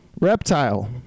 reptile